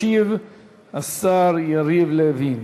ישיב השר יריב לוין